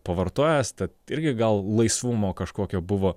pavartojęs tad irgi gal laisvumo kažkokio buvo